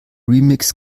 remix